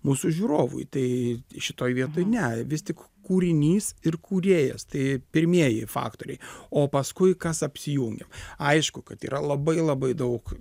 mūsų žiūrovui tai šitoj vietoj ne vis tik kūrinys ir kūrėjas tai pirmieji faktoriai o paskui kas apsijungia aišku kad yra labai labai daug